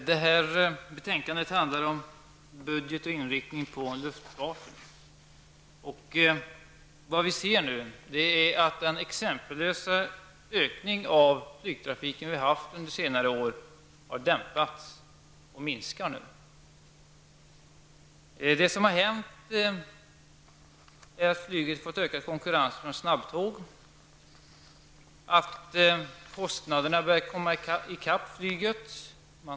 Fru talman! Detta betänkande handlar om budgeten med inriktning på luftfart. Man kan konstatera att den exempellösa ökningen av flygtrafiken som har skett under senare år har dämpats och nu minskar. Flyget har nämligen fått ökad konkurrens från snabbtåg, och kostnaderna har börjat komma i kapp flyget.